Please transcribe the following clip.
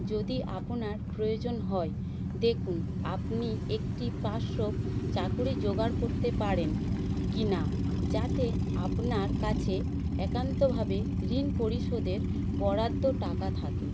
যদি আপনার প্রয়োজন হয় দেখুন আপনি একটি পার্শ্ব চাকরি জোগাড় করতে পারেন কি না যাতে আপনার কাছে একান্তভাবে ঋণ পরিশোধের বরাদ্দ টাকা থাকে